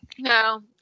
No